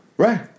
Right